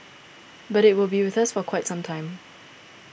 but it will be with us for quite some time